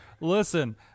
Listen